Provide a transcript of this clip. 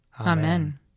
Amen